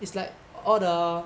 it's like all the